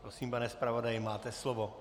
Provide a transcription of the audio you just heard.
Prosím, pane zpravodaji, máte slovo.